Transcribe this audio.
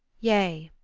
yea,